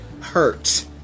hurt